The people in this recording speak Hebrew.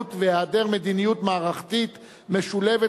לאלימות והיעדר מדיניות מערכתית משולבת